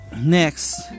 Next